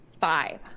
Five